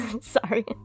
Sorry